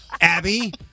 Abby